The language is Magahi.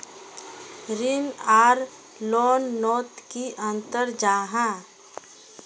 ऋण आर लोन नोत की अंतर जाहा?